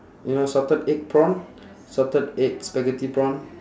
you know salted egg prawn salted egg spaghetti prawn